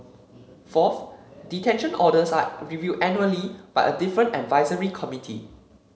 fourth detention orders are reviewed annually by a different advisory committee